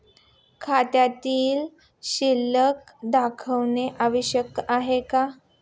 खात्यातील शिल्लक दाखवणे आवश्यक आहे का?